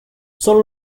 son